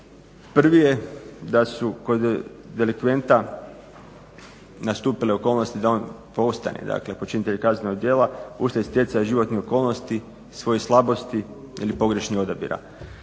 Prvi je da su kod delikventa nastupile okolnosti da on … dakle počinitelj kaznenog djela uslijed stjecaja životnih okolnosti, svojih slabosti ili pogrešnih odabira.